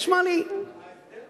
נשמע לי, מאיר,